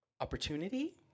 opportunity